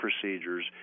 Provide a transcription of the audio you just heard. procedures